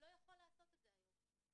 לא יכול לעשות את זה היום.